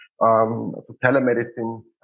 telemedicine